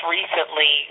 recently